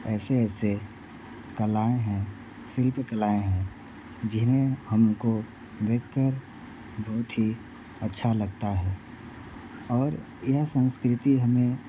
ऐसे ऐसे कलाएँ हैं शिल्पकलाएँ हैं जिन्हें हमको देख कर बहुत ही अच्छा लगता है और यह संस्कृति हमें